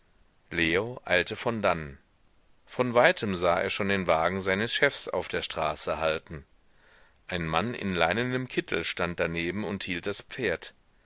leo eilte von dannen von weitem sah er schon den wagen seines chefs auf der straße halten ein mann in leinenem kittel stand daneben und hielt das pferd